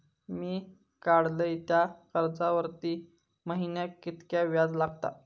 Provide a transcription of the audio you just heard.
मी काडलय त्या कर्जावरती महिन्याक कीतक्या व्याज लागला?